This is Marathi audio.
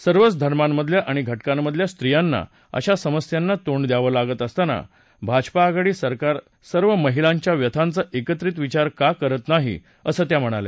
सर्वच धर्मांमधल्या आणि घटकांमधल्या स्त्रियांना अशा समस्यांना तोंड द्यावं लागत असताना भाजपा आघाडी सरकार सर्व महिलांच्या व्यथांचा एकत्रित विचार का करत नाहीत असं त्या म्हणाल्या